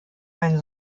ein